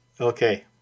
Okay